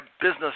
business